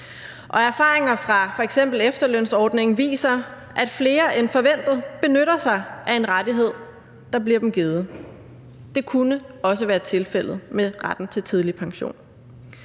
Og erfaringerne fra eksempelvis efterlønsordningen viser, at flere end forventet benytter sig af en rettighed, der bliver dem givet. Det kunne også være tilfældet med retten til tidlig pension.